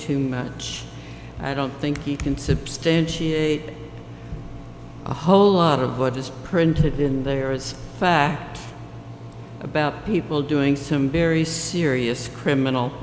too much i don't think you can substantiate a whole lot of what is printed in there as fact about people doing some very serious criminal